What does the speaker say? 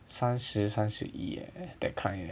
三十三十一 eh that kind leh